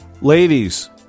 Ladies